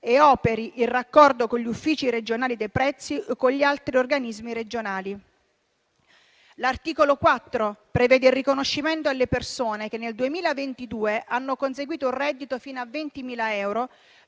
e operi in raccordo con gli uffici regionali dei prezzi e con gli altri organismi regionali. L'articolo 4 prevede il riconoscimento, alle persone che nel 2022 hanno conseguito un reddito fino a 20.000 euro,